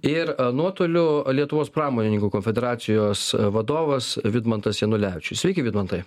ir nuotoliu lietuvos pramonininkų konfederacijos vadovas vidmantas janulevičius sveiki vidmantai